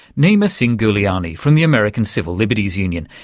neema singh guliani from the american civil liberties union,